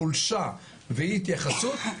חולשה ואי התייחסות,